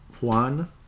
Juan